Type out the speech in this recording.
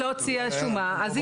אין בעיה להעביר להבהרות, אוקיי?